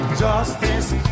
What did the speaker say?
justice